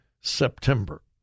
September